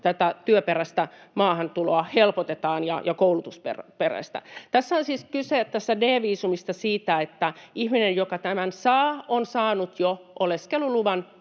koulutusperäistä maahantuloa helpotetaan. Tässä D-viisumissa on siis kyse siitä, että ihminen, joka tämän saa, on saanut jo oleskeluluvan